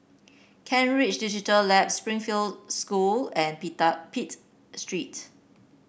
Kent Ridge Digital Labs Springfield School and Pitt Street